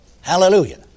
Hallelujah